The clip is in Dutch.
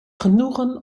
genoegen